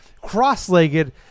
cross-legged